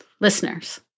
Listeners